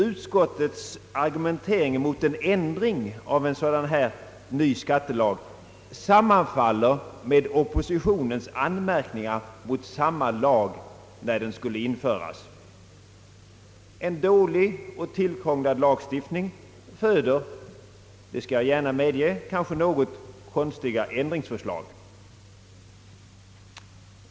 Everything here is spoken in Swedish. Utskottets argumentering mot en ändring av en sådan här ny skattelag sammanfaller med oppositionens anmärkningar mot samma lag, när den skulle införas. En dålig och tillkrånglad lagstiftning föder, det skall jag gärna medge, kanske något konstiga ändringsförslag.